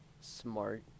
smart